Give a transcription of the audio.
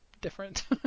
different